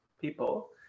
people